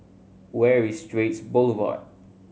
where is Straits Boulevard